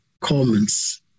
comments